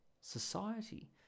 society